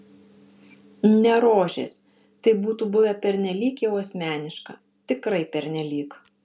ne rožės tai būtų buvę pernelyg jau asmeniška tikrai pernelyg